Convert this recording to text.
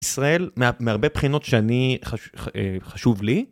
ישראל, מהרבה בחינות שאני, חשוב לי.